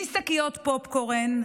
משקיות פופקורן,